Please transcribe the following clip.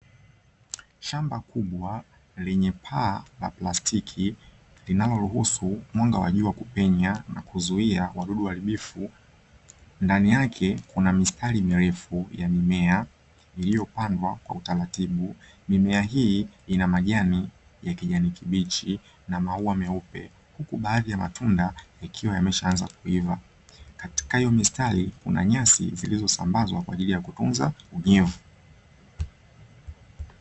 Shamba kubwa Lenye paa la plastiki linaloruhusu mwanga wa jua kupenya na kuzuia wadudu waharibifu, ndani yake kuna mistari mirefu ya mimea iliyopandwa kwa utaratibu mimea hii ina majani ya kijani kibichi na maua meupe baadhi ya matunda ikiwa yameshaanza kuiva katika hiyo mistari kuna nyasi zilizosambazwa kwa ajili ya kutunza unyevu.